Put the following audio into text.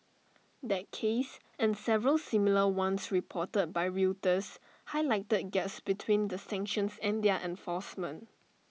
that case and several similar ones reported by Reuters Highlighted Gaps between the sanctions and their enforcement